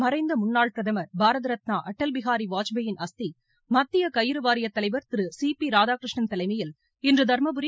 மறைந்த முன்னாள் பிரதமர் பாரத ரத்னா அடல் பிஹாரி வாஜ்பாயின் அஸ்தி மத்திய கயிறு வாரியத்தலைவர் திரு சி பி ராதாகிருஷ்ணன் தலைமையில் இன்று தருமபுரி